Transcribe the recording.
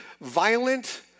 Violent